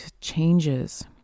changes